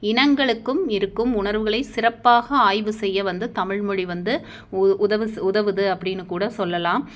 இனங்களுக்கும் இருக்கும் உணர்வுகளை சிறப்பாக ஆய்வு செய்ய வந்த தமிழ்மொழி வந்து உ உதவு உதவுது அப்படினு கூட சொல்லலாம்